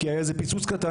כי היה איזה פיצוץ קטן,